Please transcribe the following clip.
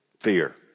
Fear